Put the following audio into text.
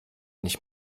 nicht